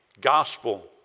gospel